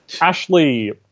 Ashley